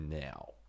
now